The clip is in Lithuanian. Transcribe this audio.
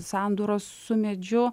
sandūros su medžiu